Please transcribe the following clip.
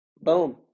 boom